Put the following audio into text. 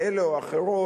האלה או האחרות,